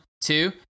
two